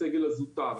הסגל הזוטר.